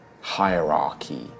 hierarchy